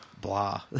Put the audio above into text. blah